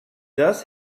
does